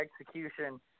execution